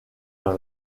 dans